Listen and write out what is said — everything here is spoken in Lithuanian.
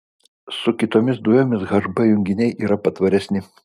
su kitomis dujomis hb junginiai yra patvaresni